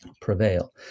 prevail